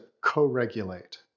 co-regulate